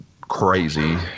crazy